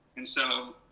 and so,